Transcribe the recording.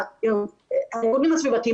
הפורומים הסביבתיים,